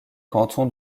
canton